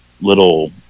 little